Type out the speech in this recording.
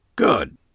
Good